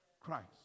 Christ